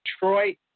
Detroit